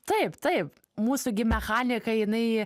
taip taip mūsų gi mechanika jinai